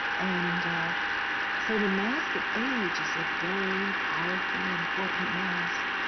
and so the mask of age is a very powerful, important mask.